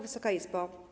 Wysoka Izbo!